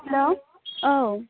हेल' औ